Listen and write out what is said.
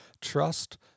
Trust